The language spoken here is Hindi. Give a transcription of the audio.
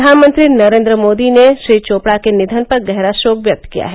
प्रधानमंत्री नरेन्द्र मोदी ने श्री चोपड़ा के निधन पर गहरा शोक व्यक्त किया है